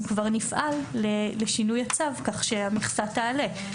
אנחנו כבר נפעל לשינוי הצו כך שהמכסה תעלה.